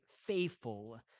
faithful